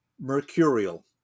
mercurial